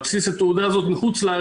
על בסיס התעודה הזאת מחו"ל,